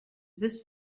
this